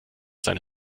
seine